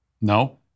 No